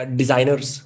designers